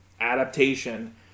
adaptation